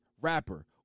rapper